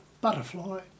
butterfly